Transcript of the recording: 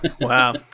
Wow